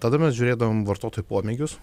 tada mes žiūrėdavom vartotojų pomėgius